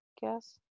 guess